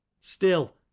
Still